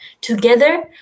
Together